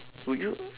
would you